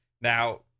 now